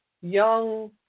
Young